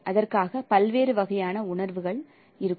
அதற்காக பல்வேறு வகையான உணர்வுகள் இருக்கும்